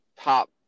top